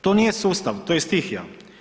To nije sustav, to je stihija.